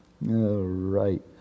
right